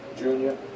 junior